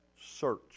search